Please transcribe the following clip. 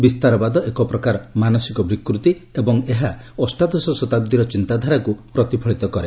ବିସ୍ତାରବାଦ ଏକ ପ୍ରକାର ମାନସିକ ବିକୃତି ଏବଂ ଏହା ଅଷ୍ଟାଦଶ ଶତାବ୍ଦୀର ଚିନ୍ତାଧାରାକୁ ପ୍ରତିଫଳିତ କରେ